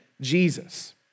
Jesus